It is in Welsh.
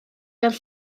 fel